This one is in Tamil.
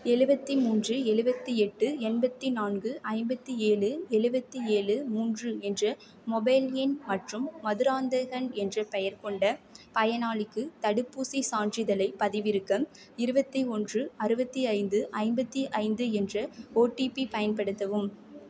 எழுவத்தி மூன்று எழுவத்தி எட்டு எண்பத்தி நான்கு ஐம்பத்தி ஏழு எழுவத்தி ஏழு மூன்று என்ற மொபைல் எண் மற்றும் மதுராந்தகன் என்ற பெயர் கொண்ட பயனாளிக்கு தடுப்பூசிச் சான்றிதழைப் பதிவிறக்க இருபத்தி ஒன்று அறுபத்தி ஐந்து ஐம்பத்தி ஐந்து என்ற ஓடிபி பயன்படுத்தவும்